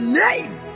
name